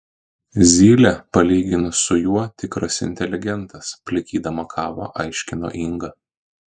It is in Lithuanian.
zylė palyginus su juo tikras inteligentas plikydama kavą aiškino inga